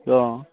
অ